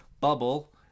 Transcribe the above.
bubble